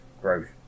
growth